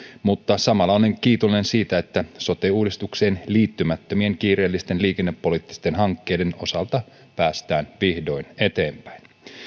mutta samalla olen kiitollinen siitä että sote uudistukseen liittymättömien kiireellisten liikennepoliittisten hankkeiden osalta päästään vihdoin eteenpäin